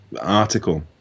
article